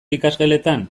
ikasgeletan